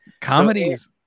Comedies